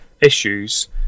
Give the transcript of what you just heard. issues